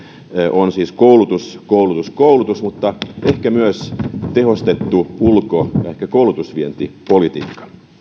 on siis koulutus koulutus koulutus mutta ehkä myös tehostettu ulkopolitiikka ja ehkä koulutusvientipolitiikka